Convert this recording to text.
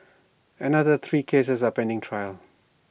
another three cases are pending trial